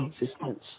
existence